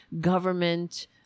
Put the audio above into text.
government